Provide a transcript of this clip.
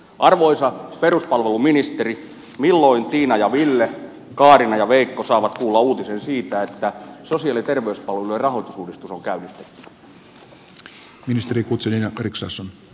arvoisa peruspalveluministeri milloin tiina ja ville kaarina ja veikko saavat kuulla uutisen siitä että sosiaali ja terveyspalvelujen rahoitusuudistus on käynnistetty